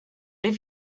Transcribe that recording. have